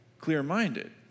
Clear-minded